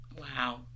wow